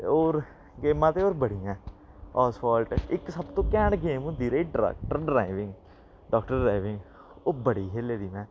ते होर गेमां ते होर बड़ियां आसफाल्ट इक सब तूं कैंट गेम होंदी रेही डाक्टर ड्राइविंग डाक्टर ड्राइविंग ओह् बड़ी खेली दी में